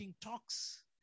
talks